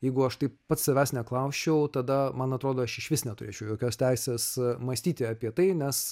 jeigu aš taip pats savęs neklausčiau tada man atrodo aš išvis neturėčiau jokios teisės mąstyti apie tai nes